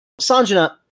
sanjana